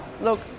look